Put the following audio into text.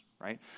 right